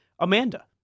Amanda